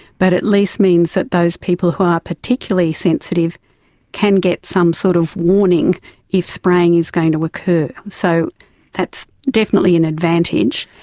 but at least it means that those people who are particularly sensitive can get some sort of warning if spraying is going to occur. so that's definitely an advantage.